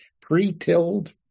pre-tilled